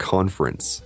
Conference